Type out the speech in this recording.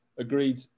Agreed